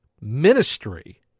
ministry